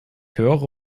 höre